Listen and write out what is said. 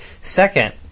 Second